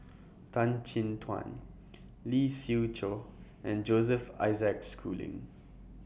Tan Chin Tuan Lee Siew Choh and Joseph Isaac Schooling